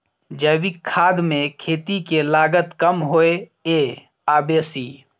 जैविक खाद मे खेती के लागत कम होय ये आ बेसी?